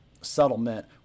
settlement